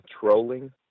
trolling